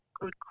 good